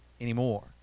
anymore